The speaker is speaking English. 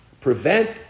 prevent